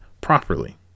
properly